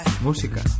Música